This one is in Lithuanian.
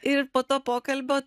ir po to pokalbio